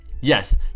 Yes